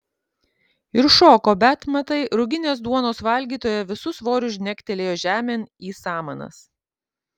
ir šoko bet matai ruginės duonos valgytoja visu svoriu žnegtelėjo žemėn į samanas